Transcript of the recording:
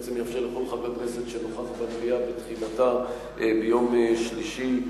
שבעצם יאפשר לכל חבר הכנסת שנוכח במליאה בתחילתה ביום שלישי,